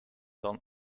done